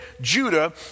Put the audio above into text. Judah